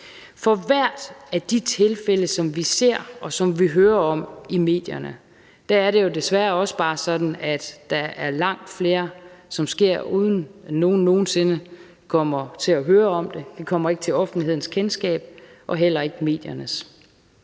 For hvert af de tilfælde, som vi ser, og som vi hører om i medierne, er det jo desværre også bare sådan, at der finder langt flere sted, uden at nogen nogen sinde kommer til at høre om dem. De kommer ikke til offentlighedens kendskab og heller ikke mediernes.